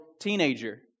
teenager